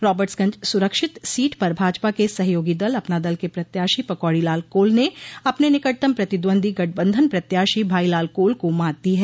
राबर्ट्सगंज सुरक्षित सीट पर भाजपा के सहयोगी दल अपना दल के प्रत्याशी पकौड़ीलाल कोल ने अपने निकटतम प्रतिद्वंदी गठबंधन प्रत्याशी भाईलाल कोल को मात दी है